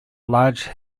large